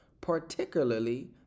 particularly